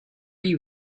you